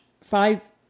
five